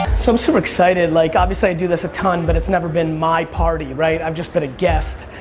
so super excited like obviously i do this a ton but it's never been my party right, i've just been a guest.